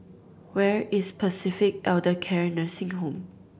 where is Pacific Elder Care Nursing Home